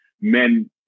men